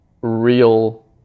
real